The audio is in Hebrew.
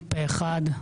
פה אחד.